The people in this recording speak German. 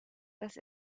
das